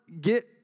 get